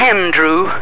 Andrew